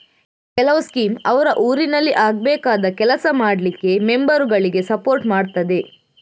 ಕೆಲವು ಸ್ಕೀಮ್ ಅವ್ರ ಊರಿನಲ್ಲಿ ಆಗ್ಬೇಕಾದ ಕೆಲಸ ಮಾಡ್ಲಿಕ್ಕೆ ಮೆಂಬರುಗಳಿಗೆ ಸಪೋರ್ಟ್ ಮಾಡ್ತದೆ